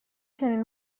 چنین